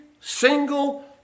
single